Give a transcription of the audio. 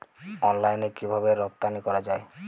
অনলাইনে কিভাবে রপ্তানি করা যায়?